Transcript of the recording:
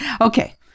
Okay